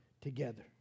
together